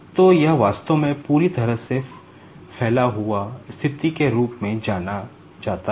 तो यह वास्तव में पूरी तरह से फैला हुआ स्थिति के रूप में जाना जाता है